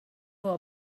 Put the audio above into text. for